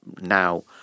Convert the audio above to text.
now